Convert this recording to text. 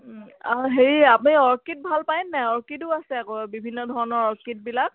আৰু হেৰি আপুনি অৰ্কিড ভাল পায় নাই অৰ্কিডো আছে আকৌ বিভিন্ন ধৰণৰ অৰ্কিডবিলাক